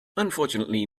unfortunately